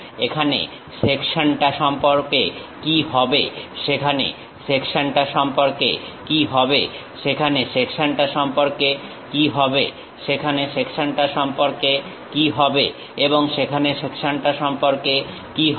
এখানে সেকশনটা সম্পর্কে কি হবে সেখানে সেকশনটা সম্পর্কে কি হবে সেখানে সেকশনটা সম্পর্কে কি হবে সেখানে সেকশনটা সম্পর্কে কি হবে এবং সেখানে সেকশনটা সম্পর্কে কি হবে